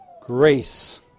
Grace